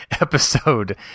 episode